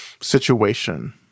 situation